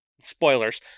spoilers